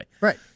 Right